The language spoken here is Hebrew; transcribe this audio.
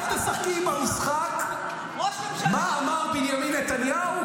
אל תשחקי עם המשחק: מה אמר בנימין נתניהו,